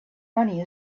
money